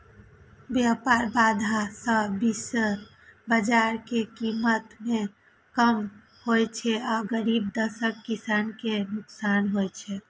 व्यापार बाधा सं विश्व बाजार मे कीमत कम होइ छै आ गरीब देशक किसान कें नुकसान होइ छै